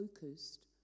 focused